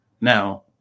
Now